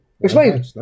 Explain